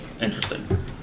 interesting